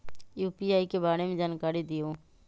UPI के बारे में जानकारी दियौ?